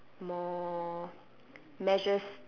more measures